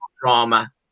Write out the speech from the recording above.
drama